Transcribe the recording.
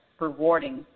rewarding